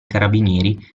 carabinieri